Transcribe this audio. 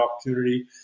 opportunity